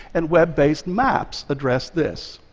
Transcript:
and web-based maps address this.